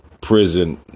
prison